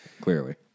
clearly